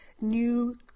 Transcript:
new